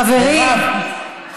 חברים,